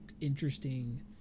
interesting